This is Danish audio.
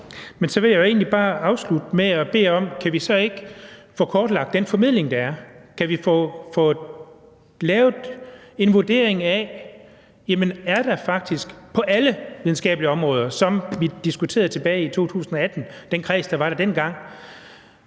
Men så vil jeg egentlig bare afslutte med at bede om, om vi så ikke kan få kortlagt den formidling, der er. Kan vi få lavet en vurdering på alle videnskabelige områder af, om der, som vi diskuterede tilbage i 2018 i den kreds, der var dengang,